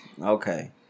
Okay